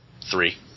Three